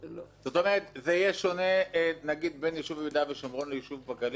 - זה יהיה שונה בין ישוב ביהודה ושומרון לישוב בגליל היום?